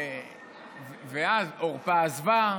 ואז ערפה עזבה,